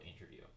interview